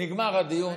נגמר הדיון,